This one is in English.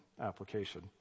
application